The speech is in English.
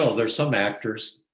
ah there's some actors,